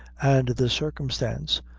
and this circumstance,